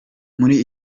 muri